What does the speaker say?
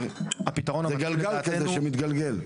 וזה גלגל כזה שמתגלגל.